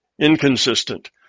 inconsistent